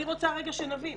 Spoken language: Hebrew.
אני רוצה רגע שנבין,